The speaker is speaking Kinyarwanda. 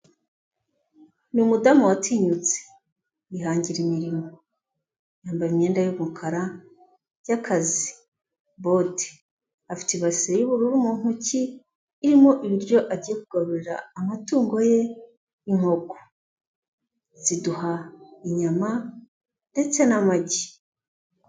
Ni umudamu watinyutse yihangira imirimo, yambaye imyenda y'umukara y'akazi, bote, afite ibasi y'ubururu mu ntoki irimo ibiryo agiye kugarurira amatungo ye inkoko, ziduha inyama ndetse n'amagi.